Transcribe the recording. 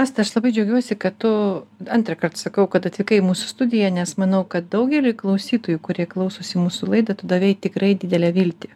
asta aš labai džiaugiuosi kad tu antrąkart sakau kad atvykai į mūsų studiją nes manau kad daugeliui klausytojų kurie klausosi mūsų laidą tu davei tikrai didelę viltį